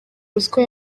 ruswa